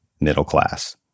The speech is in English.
middle-class